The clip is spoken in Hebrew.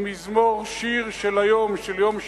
ממזמור שיר של היום, של יום שני: